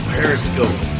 Periscope